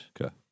Okay